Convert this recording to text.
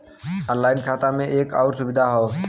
online खाता में एक आउर सुविधा हौ